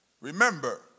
Remember